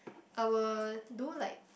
I will do like